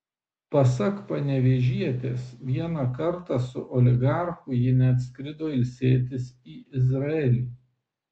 pasak panevėžietės vieną kartą su oligarchu ji net skrido ilsėtis į izraelį